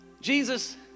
Jesus